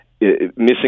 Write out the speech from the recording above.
missing